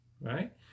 Right